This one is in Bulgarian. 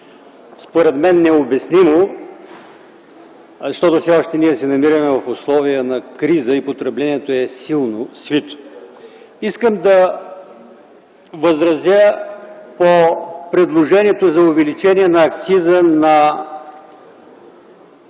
Според мен необяснимо, защото ние все още се намираме в условия на криза и потреблението е силно свито. Искам да възразя по предложението за увеличение на акциза на